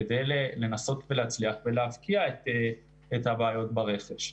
כדי לנסות להצליח ולהבקיע את הבעיות ברכש.